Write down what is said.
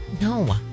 No